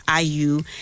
IU